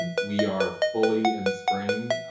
and we are fully, in spring,